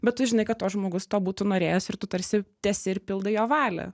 bet tu žinai kad tos žmogus to būtų norėjęs ir tu tarsi tęsi ir pildai jo valią